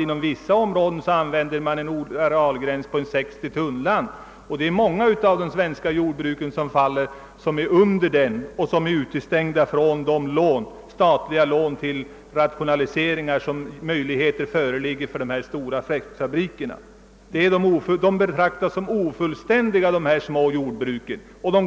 Inom vissa områden använder man en arealgräns på 60 tunnland, och många av de svenska jordbruk som faller under denna gräns är utestängda från statliga lån till rationaliseringar, vilket de stora fläskfabrikerna har möjlighet att få. Dessa små jordbruk betraktas som ofullständiga. De